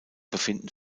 befinden